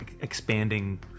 Expanding